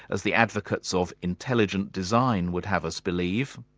as the advocates of intelligent design would have us believe?